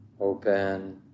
open